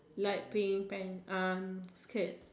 light pink pant um skirt